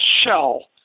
shell